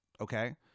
okay